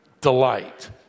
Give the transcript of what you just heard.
delight